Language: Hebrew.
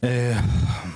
והסוללה.